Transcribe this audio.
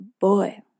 boy